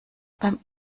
beim